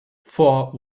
fore